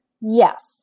Yes